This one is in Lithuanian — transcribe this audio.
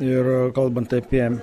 ir kalbant apie